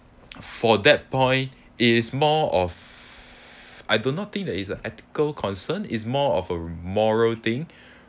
for that point it is more of I do not think that is a ethical concern is more of a moral thing